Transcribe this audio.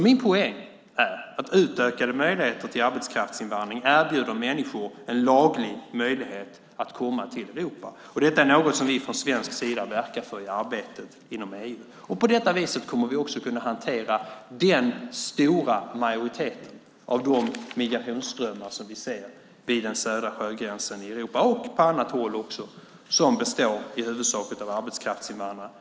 Min poäng är att utökade möjligheter till arbetskraftsinvandring erbjuder människor en laglig möjlighet att komma till Europa. Detta är något som vi från svensk sida verkar för i arbetet inom EU. På detta vis kommer vi också att kunna hantera den stora majoriteten av de migrationsströmmar som vi ser vid den södra sjögränsen i Europa och också på annat håll och som i huvudsak består av arbetskraftsinvandrare.